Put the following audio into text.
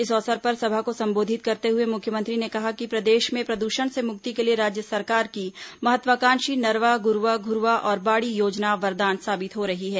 इस अवसर पर सभा को संबोधित करते हुए मुख्यमंत्री ने कहा कि प्रदेश में प्रदूषण से मुक्ति के लिए राज्य सरकार की महत्वाकांक्षी नरवा गुरूवा घुरूवा और बाड़ी योजना वरदान साबित हो रही है